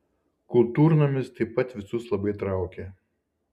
kultūrnamis taip pat visus labai traukė